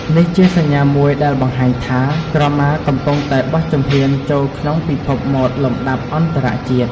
នេះជាសញ្ញាមួយដែលបង្ហាញថា ក្រមាកំពុងតែបោះជំហានចូលក្នុងពិភពម៉ូដលំដាប់អន្តរជាតិ។